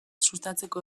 sustatzeko